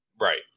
Right